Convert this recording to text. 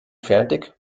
fertig